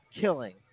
killing